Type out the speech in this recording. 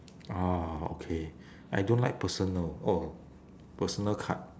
ah okay I don't like personal !wah! personal card